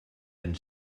ben